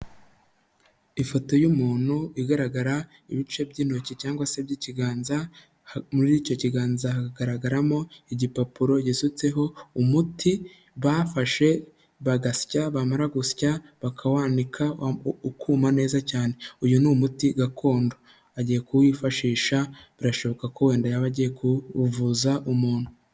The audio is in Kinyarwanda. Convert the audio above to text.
Ifoto y'umuntu igaragara ibice by'intoki cyangwa se by'ikiganza, muri icyo kiganza hakagaragaramo igipapuro gisutseho umuti bafashe bagasya bamara gusya bakawanika ukuma neza cyane. Uyu ni umuti gakondo. Agiye kuwifashisha birashoboka ko wenda yaba agiye kuwuvuza umuntu.